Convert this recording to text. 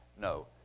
No